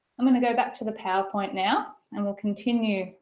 i'm going to go back to the powerpoint now and we'll continue